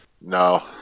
No